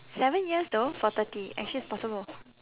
seven though for thirty actually it's possible